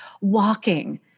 Walking